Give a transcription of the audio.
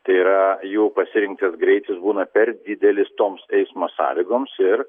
tai yra jų pasirinktas greitis būna per didelis toms eismo sąlygoms ir